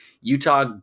Utah